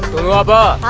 lover,